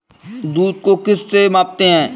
दूध को किस से मापते हैं?